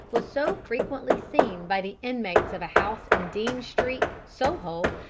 was so frequently seen by the inmates of a house in dean street, soho,